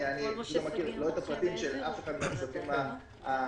אני לא מכיר את הפרטים של אף אחד מהכספים הספציפיים,